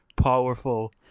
powerful